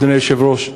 אדוני היושב-ראש,